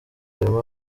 harimo